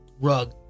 Rug